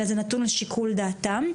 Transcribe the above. אלא זה נתון לשיקול דעתם.